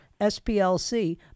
SPLC